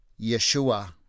Yeshua